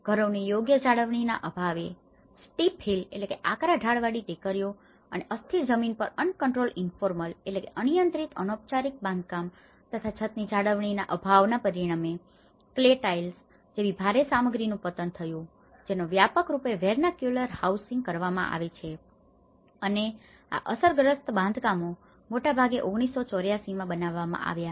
ઘરોની યોગ્ય જાળવણીના અભાવે સ્ટીપ હિલ steep hills આકરા ઢાળવાળી ટેકરીઓ અને અસ્થિર જમીન પર અનકંટ્રોલડ ઇન્ફોર્મલ uncontrolled informal અનિયંત્રિત અનૌપચારિક બાંધકામ તથા છતની જાળવણીના અભાવના પરિણામે કલે ટાઇલ્સ clay tiles માટીની લાદી જેવી ભારે સામગ્રીનું પતન થયું જેનો વ્યાપક રૂપે વેરનાક્યુલર હાઉસિંગ vernacular housing સ્થાનિક ઉપયોગ કરવામાં આવે છે અને આ અસરગ્રસ્ત બાંધકામો મોટાભાગે 1984 માં બનાવવામાં આવ્યા હતા